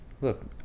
look